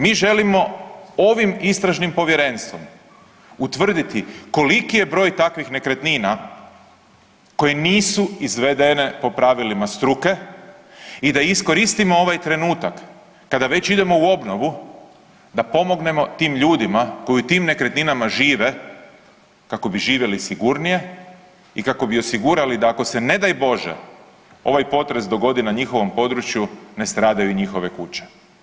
Mi želimo ovim istražim povjerenstvom utvrditi koliki je broj takvih nekretnina koje nisu izvedene po pravilima struke i da iskoristimo ovaj trenutak kada već idemo u obnovu da pomognemo tim ljudima koji u tim nekretninama žive kao bi živjeli sigurnije i kako bi osigurali da ako se ne daj Bože ovaj potres dogodi na njihovom području, ne stradaju njihove kuće.